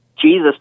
Jesus